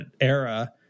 era